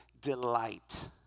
delight